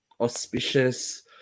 auspicious